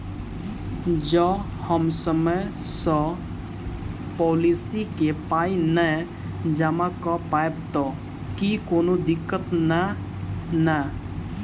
जँ हम समय सअ पोलिसी केँ पाई नै जमा कऽ पायब तऽ की कोनो दिक्कत नै नै?